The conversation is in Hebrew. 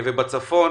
בצפון